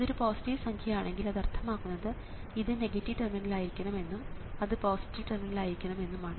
ഇതൊരു പോസിറ്റീവ് സംഖ്യ ആണെങ്കിൽ അത് അർത്ഥമാക്കുന്നത് ഇത് നെഗറ്റീവ് ടെർമിനൽ ആയിരിക്കണം എന്നും അത് പോസിറ്റീവ് ടെർമിനൽ ആയിരിക്കണം എന്നുമാണ്